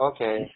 Okay